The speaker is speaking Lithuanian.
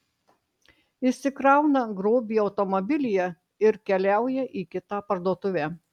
išsikrauna grobį automobilyje ir keliauja į kitą parduotuvę